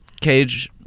cage